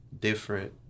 different